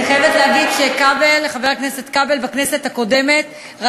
אני חייבת להגיד שבכנסת הקודמת חבר הכנסת כבל